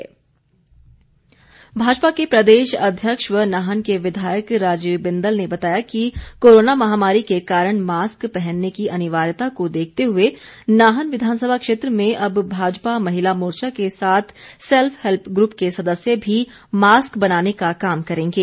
बिंदल भाजपा के प्रदेश अध्यक्ष व नाहन के विधायक राजीव बिंदल ने बताया कि कोरोना महामारी के कारण मास्क पहनने की अनिवार्यता को देखते हुए नाहन विधानसभा क्षेत्र में अब भाजपा महिला मोर्चा के साथ सैल्फ हैल्प ग्रुप के सदस्य भी मास्क बनाने का काम करेंगे